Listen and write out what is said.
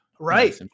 Right